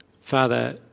Father